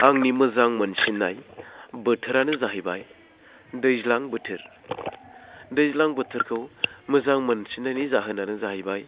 आंनि मोजां मोनसिननाय बोथोरानो जाहैबाय दैज्लां बोथोर दैज्लां बोथोरखौ मोजां मोनसिननायनि जाहोनानो जाहैबाय